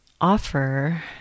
offer